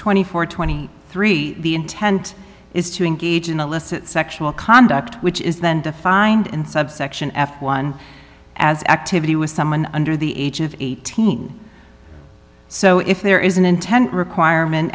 twenty four twenty three the intent is to engage in illicit sexual conduct which is then defined in subsection f one as activity with someone under the age of eighteen so if there is an intent requirement